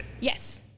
Yes